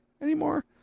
anymore